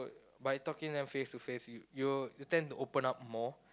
by talking them face to face you'll you tend to open up more